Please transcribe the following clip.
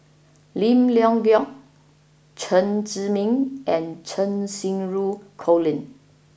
Lim Leong Geok Chen Zhiming and Cheng Xinru Colin